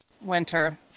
Winter